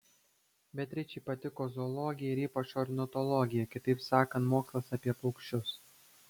beatričei patiko zoologija ir ypač ornitologija kitaip sakant mokslas apie paukščius